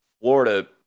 Florida